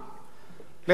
לכבד את עצמה,